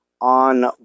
on